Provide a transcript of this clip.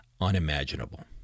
unimaginable